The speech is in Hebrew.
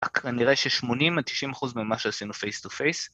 כנראה ש-80-90% ממה שעשינו פייס טו פייס.